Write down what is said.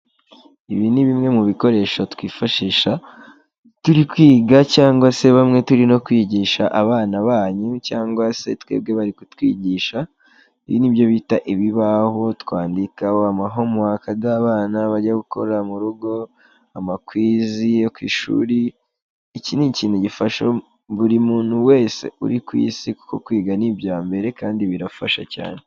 Ibi ni bimwe mu bikoresho twifashisha turi kwiga cyangwa se bamwe turi no kwigisha abana banyu, cyangwa se twebwe bari kutwigisha, ibi ni byo bita ibibaho twandikakaho amahomework g'abana bajya gukorera mu rugo, amakwizi yo ku ishuri, iki ni ikintu gifasha buri muntu wese uri ku isi, kuko kwiga ni ibya mbere kandi birafasha cyane.